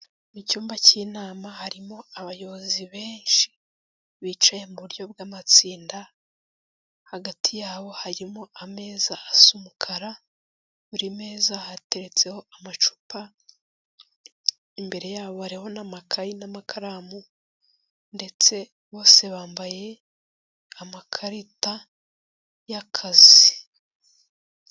Mu cyumba cy'inama harimo abayobozi benshi bicaye mu buryo bw'amatsinda, hagati yabo harimo ameza asa umukara, buri meza hateretseho amacupa, imbere yabo hariho n'amakari n'amakaramu ndetse bose bambaye amakarita y'akazi.